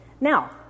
now